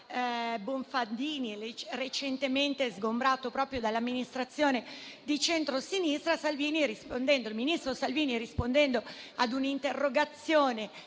Bonfadini, recentemente sgombrato proprio dall'amministrazione di centro sinistra, il ministro Salvini, rispondendo ad un'interrogazione